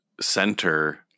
center